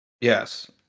Yes